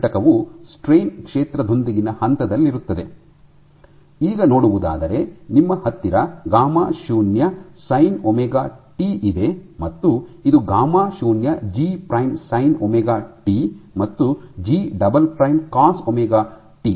ಈ ಘಟಕವು ಸ್ಟ್ರೈನ್ ಕ್ಷೇತ್ರದೊಂದಿಗಿನ ಹಂತದಲ್ಲಿರುತ್ತದೆ ಈಗ ನೋಡುವುದಾದರೆ ನಿಮ್ಮ ಹತ್ತಿರ ಗಾಮಾ0 ಸೈನ್ ಒಮೆಗಾ ಟಿ ಇದೆ ಮತ್ತು ಇದು ಗಾಮಾ0 G prime sine omega T ಮತ್ತು G double prime cos omega T